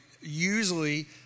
usually